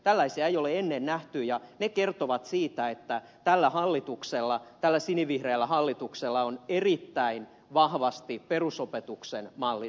tällaisia ei ole ennen nähty ja ne kertovat siitä että tällä hallituksella tällä sinivihreällä hallituksella on erittäin vahvasti perusopetuksen mallinen sydän